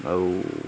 ଆଉ